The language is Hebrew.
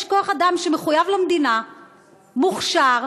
יש כוח אדם שמחויב למדינה, מוכשר,